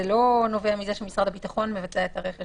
זה לא נובע מזה שמשרד הביטחון מבצע את הרכש.